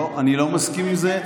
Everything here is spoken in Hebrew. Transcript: לא מסכים עם זה?